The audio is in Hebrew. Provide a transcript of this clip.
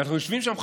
אנחנו יושבים שם,